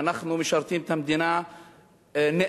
ואנחנו משרתים את המדינה נאמנה,